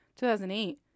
2008